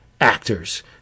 actors